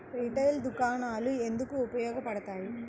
Retail దుకాణాలు ఎందుకు ఉపయోగ పడతాయి?